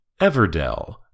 Everdell